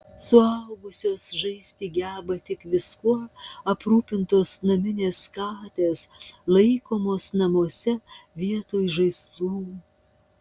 suaugusios žaisti geba tik viskuo aprūpintos naminės katės laikomos namuose vietoj žaislų